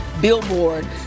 billboard